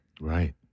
right